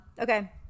Okay